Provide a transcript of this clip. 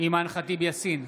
אימאן ח'טיב יאסין,